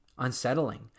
unsettling